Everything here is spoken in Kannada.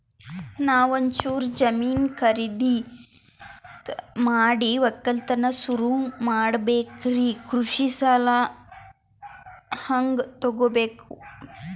ನಾ ಒಂಚೂರು ಜಮೀನ ಖರೀದಿದ ಮಾಡಿ ಒಕ್ಕಲತನ ಸುರು ಮಾಡ ಬೇಕ್ರಿ, ಕೃಷಿ ಸಾಲ ಹಂಗ ತೊಗೊಬೇಕು?